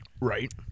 Right